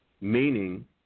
Meaning